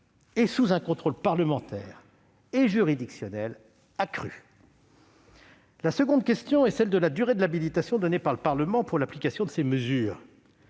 et sous un contrôle parlementaire et juridictionnel accru. La deuxième question est celle de la durée de l'habilitation donnée par le Parlement pour l'application de ces mesures.